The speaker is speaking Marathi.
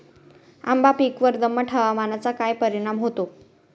आंबा पिकावर दमट हवामानाचा काय परिणाम होतो?